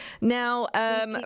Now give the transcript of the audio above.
now